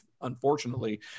unfortunately